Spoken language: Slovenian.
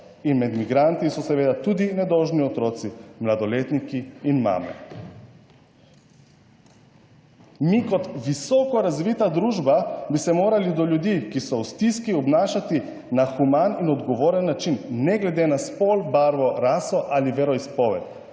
in med migranti so seveda tudi nedolžni otroci, mladoletniki in mame. Mi kot visoko razvita družba bi se morali do ljudi, ki so v stiski, obnašati na human in odgovoren način, ne glede na spol, barvo, raso ali veroizpoved,